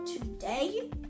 today